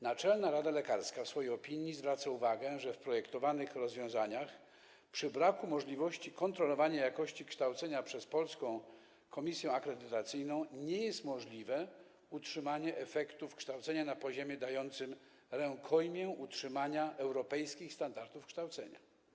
Naczelna Rada Lekarska w swojej opinii zwraca uwagę, że w projektowanych rozwiązaniach przy braku możliwości kontrolowania jakości kształcenia przez Polską Komisję Akredytacyjną nie jest możliwe utrzymanie efektów kształcenia na poziomie dającym rękojmię utrzymania europejskich standardów kształcenia.